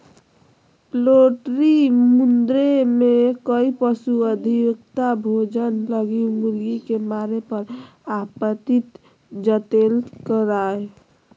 poultry मुद्दे में कई पशु अधिवक्ता भोजन लगी मुर्गी के मारे पर आपत्ति जतैल्कय